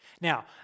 Now